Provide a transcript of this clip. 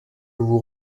vous